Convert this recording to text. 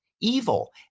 evil